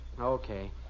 Okay